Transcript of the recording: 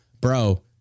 Bro